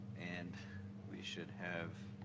and we should have